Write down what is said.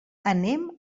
anem